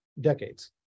decades